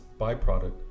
byproduct